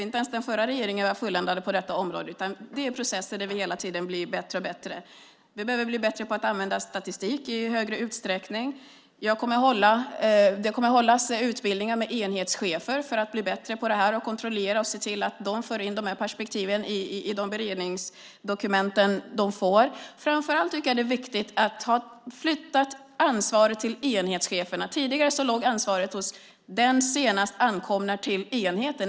Inte ens den förra regeringen var fulländad på detta område. Det här är processer där vi hela tiden blir bättre och bättre. Vi behöver bli bättre på att använda statistik i högre utsträckning. Det kommer att hållas utbildning av enhetschefer för att de ska bli bättre på detta och kontrollera och se till att de för in de här perspektiven i de beredningsdokument de får. Det är framför allt viktigt att ha flyttat ansvaret till enhetscheferna. Tidigare låg ansvaret hos den som senast ankommit till enheten.